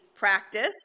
practice